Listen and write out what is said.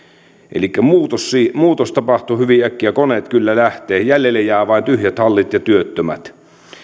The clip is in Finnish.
elikkä muutos muutos tapahtuu hyvin äkkiä koneet kyllä lähtevät jäljelle jäävät vain tyhjät hallit ja työttömät